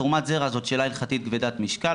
תרומת זרע זו שאלה הלכתית כבדת משקל,